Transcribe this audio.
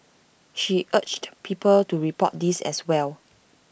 she urged people to report these as well